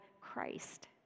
Christ